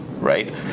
right